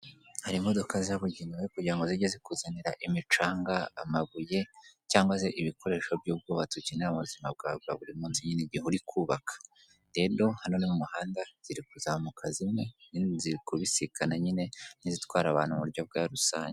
Hari imodoka zabugenewe kugira ngo zijye zikuzanira imicanga, amabuye, cyangwa se ibikoresho by'ubwubatsi ukenera mu buzima bwawe bwa buri munsi, nyine igihe uri kubaka. Rero hano ni mu muhanda, ziri kuzamuka zimwe, izindi ziri kubisikana nyine n'izitwara abantu mu buryo bwa rusange.